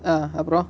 ah அப்ரோ:apro